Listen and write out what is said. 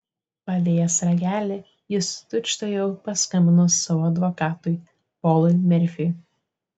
padėjęs ragelį jis tučtuojau paskambino savo advokatui polui merfiui